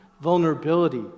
vulnerability